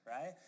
right